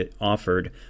offered